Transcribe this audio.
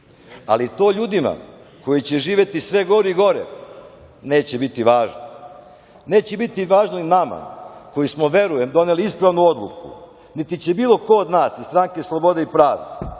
ali to ljudima koji će živeti sve gore i gore neće biti važno. Neće biti važno ni nama koji smo, verujem, doneli ispravnu odluku, niti će bilo ko od nas iz Stranke slobode i pravde,